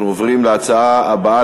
אנחנו עוברים לנושא הבא: